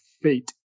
fate